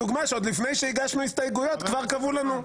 לכן הבאתי את הדוגמה שעוד לפני שהגשנו הסתייגויות כבר קבעו לנו.